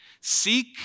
Seek